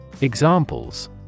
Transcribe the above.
Examples